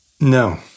No